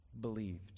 believed